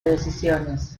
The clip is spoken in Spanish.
decisiones